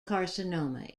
carcinoma